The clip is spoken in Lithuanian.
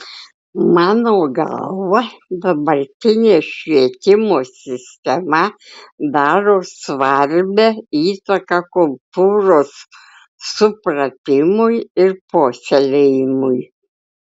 mano galva dabartinė švietimo sistema daro svarbią įtaką kultūros supratimui ir puoselėjimui